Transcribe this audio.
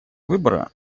выбора